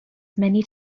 many